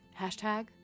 Hashtag